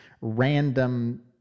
random